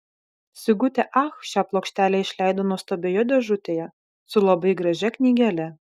sigutė ach šią plokštelę išleido nuostabioje dėžutėje su labai gražia knygele